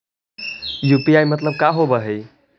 UPI मतलब का होब हइ?